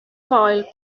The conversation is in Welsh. foel